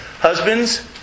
Husbands